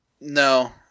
No